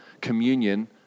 communion